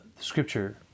scripture